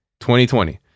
2020